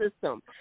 system